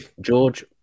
George